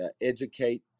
educate